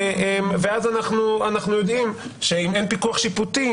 כך אנחנו יודעים שאם אין פיקוח שיפוטי